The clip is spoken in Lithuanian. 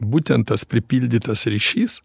būtent tas pripildytas ryšys